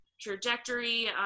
trajectory